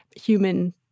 human